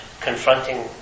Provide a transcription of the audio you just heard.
confronting